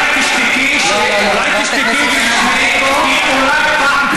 חמולת ג'בארין, אולי תשתקי, אתה תשתוק, לא, לא.